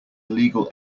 illegal